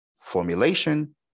formulation